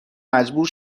مجبور